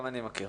גם אני מכיר.